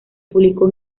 publicó